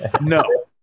No